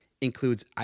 includes